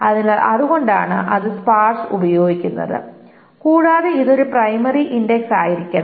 അതിനാൽ അതുകൊണ്ടാണ് അത് സ്പാർസ് ഉപയോഗിക്കുന്നത് കൂടാതെ ഇത് ഒരു പ്രൈമറി ഇൻഡക്സ് ആയിരിക്കണം